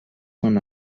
son